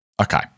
Okay